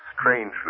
strangely